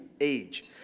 age